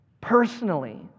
personally